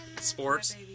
Sports